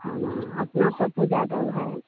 है न अपना पप्पू जादब है